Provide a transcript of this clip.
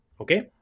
okay